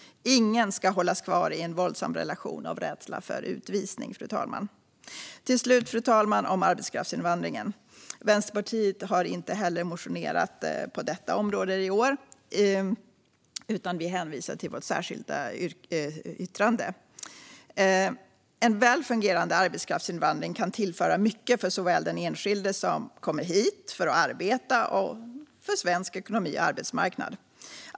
Ingen ska hållas kvar i en våldsam relation av rädsla för utvisning, fru talman. Till slut ska jag säga något om arbetskraftsinvandringen, fru talman. Vänsterpartiet har inte motionerat på detta område heller i år, utan vi hänvisar till vårt särskilda yttrande. En väl fungerande arbetskraftsinvandring kan tillföra mycket såväl för den enskilde som kommer hit för att arbeta som för svensk ekonomi och arbetsmarknad.